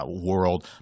world